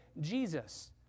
Jesus